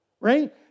right